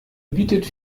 bietet